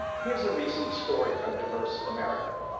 here's a recent story from diverse america.